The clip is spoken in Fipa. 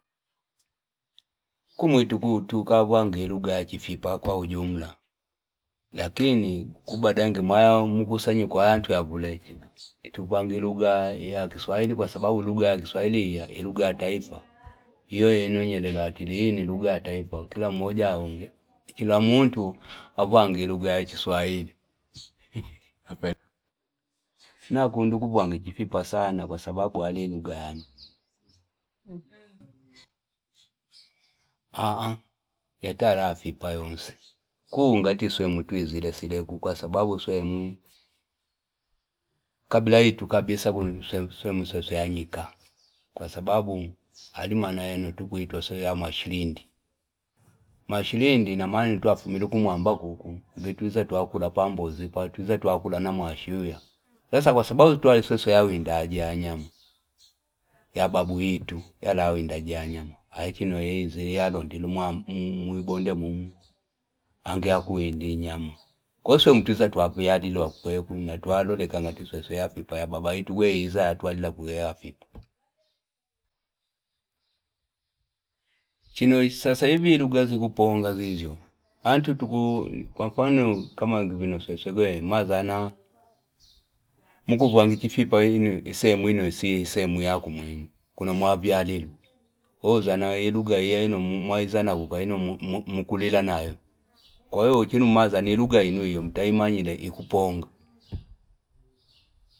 Kumwitu kuu tukavyanga iluga ya chifipa kwa ujumla kikini ngi mwaya mkusanyiko wa yantu yavule ituvyanga iluga ya kiswahili kwa sababu iluga ya kiswahili ali iluga ya taifa ni aino nyerere watile chila muntu auwanga iluga ya chiswahili. Nakunda kuvuwanga chifika sana kwa sababu ali iluga yane yatali afipa yonsi kuu ngati swemwi twizile. kabila litu kabisa swemwi sweswe yanyika kwa sababu alimaana ino yakutwila iyati swe ya mwashikwa mwashindi ina maana twafumile kumwamba kuku itwiza twali sweswe yawindaji ya nyama ya babu yitu yali ayawindaji ya yanyama ali chino yalondile umwamba umwibande mumu ange yakuwinda inyama kwaiyo sewemwi twiza twavyalilwa kukwene kuu ya baba yitu kwene yiza yatwalila kukwene kuu afipa. Chinoi sasaivi iliga zikuponga zizyo antu kwa mfano kama vino sweswe kwene mazana mkuuwanga chifupa isehemu yako muhimu ino asi kwayo uzana iluga ino mwaizana kukwaa aino umkulila nayo kwaiyo achino umazana kuku aino umkili iluga yinuiya mtaimanyile ikuponga.